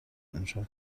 اونجا